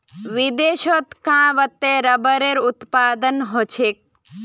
विदेशत कां वत्ते रबरेर उत्पादन ह छेक